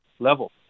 level